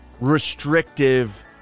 restrictive